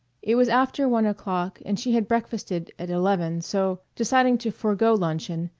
it was after one o'clock and she had breakfasted at eleven, so, deciding to forego luncheon,